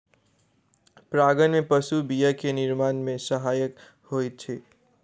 परागन में पशु बीया के निर्माण में सहायक होइत अछि